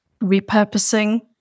repurposing